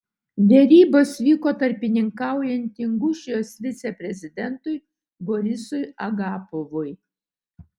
derybos vyko tarpininkaujant ingušijos viceprezidentui borisui agapovui